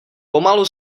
pomalu